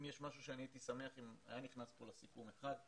הייתי שמח שהיה נכנס פה לסיכום: אחד,